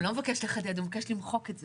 הוא לא מבקש לחדד, הוא מבקש למחוק את זה.